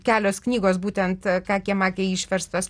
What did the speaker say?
kelios knygos būtent kakė makė išverstos